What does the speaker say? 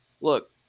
Look